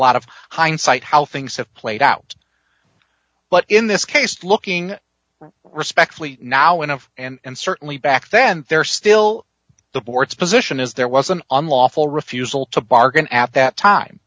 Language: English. lot of hindsight how things have played out but in this case looking respectfully now enough and certainly back then there's still the board's position is there was an unlawful refusal to bargain at that time